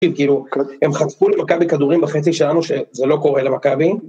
כאילו, הם חטפו למכבי כדורים בחצי שלנו, שזה לא קורה למכבי.